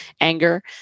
anger